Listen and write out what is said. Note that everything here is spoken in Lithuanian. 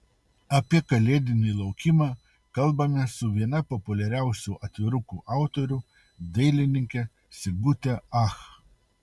apie kalėdinį laukimą kalbamės su viena populiariausių atvirukų autorių dailininke sigute ach